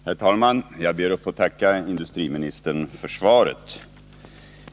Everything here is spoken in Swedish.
Herr talman! Jag ber att få tacka industriministern för svaret.